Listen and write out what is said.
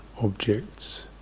objects